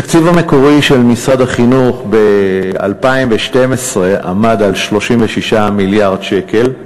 התקציב המקורי של משרד החינוך ב-2012 עמד על 36 מיליארד שקל,